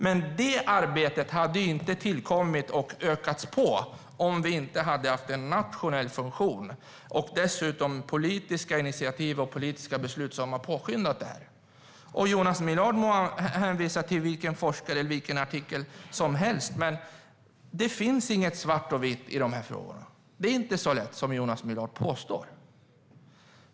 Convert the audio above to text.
Men det arbetet hade inte tillkommit och ökats på om vi inte hade haft en nationell funktion. Dessutom har detta arbete genom politiska initiativ och politiska beslut påskyndats. Jonas Millard må hänvisa till vilken forskare och artikel som helst, men det finns inget svart eller vitt i de här frågorna. Det är inte så lätt som Jonas Millard påstår.